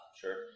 Sure